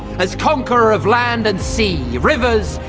as conqueror of land and sea, rivers,